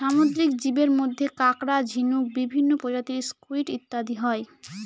সামুদ্রিক জীবের মধ্যে কাঁকড়া, ঝিনুক, বিভিন্ন প্রজাতির স্কুইড ইত্যাদি হয়